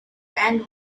end